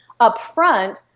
upfront